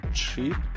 cheap